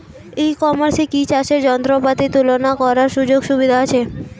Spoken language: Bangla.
ই কমার্সে কি চাষের যন্ত্রপাতি তুলনা করার সুযোগ সুবিধা আছে?